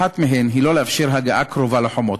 אחת מהן היא לא לאפשר הגעה קרובה לחומות.